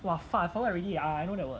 !wah! fuck I forgot already ya I know that word